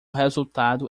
resultado